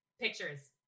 Pictures